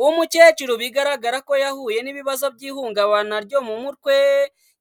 Uwo umukecuru bigaragara ko yahuye n'ibibazo by'ihungabana ryo mu mutwe,